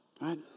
right